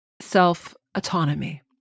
self-autonomy